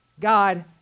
God